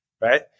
right